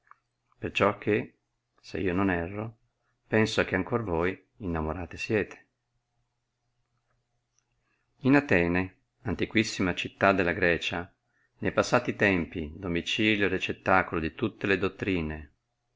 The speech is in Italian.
perciò che se io non erro penso che ancor voi innamorate siete in atene antiquissima città della grecia ne passati tempi domicilio e recettacolo di tutte le dottrine